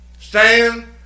Stand